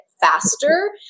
faster